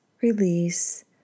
release